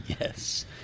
Yes